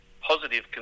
positive